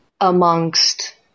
amongst